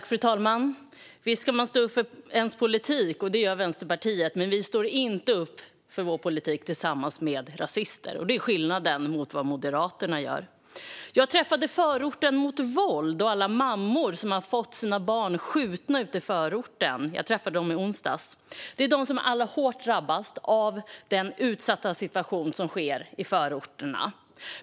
Fru talman! Visst kan man stå upp för sin politik, och det gör Vänsterpartiet. Men vi står inte upp för vår politik tillsammans med rasister. Det är skillnaden mot vad Moderaterna gör. Jag träffade i onsdags Förorten mot våld och mammor som har fått sina barn skjutna ute i förorten. Det är de som är allra hårdast drabbade av den utsatta situationen i förorterna.